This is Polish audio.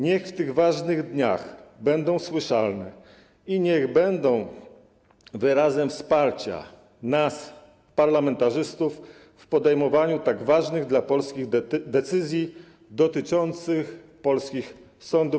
Niech w tych ważnych dniach będą słyszalne i niech będą wyrazem wsparcia dla nas, parlamentarzystów, w podejmowaniu tak ważnych dla Polski decyzji dotyczących polskich sądów.